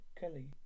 Kelly